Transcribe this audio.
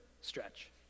stretch